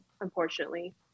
unfortunately